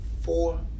Four